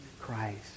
Christ